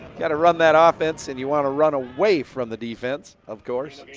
gotta run that offense and you wanna run away from the defense, of course.